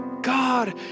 God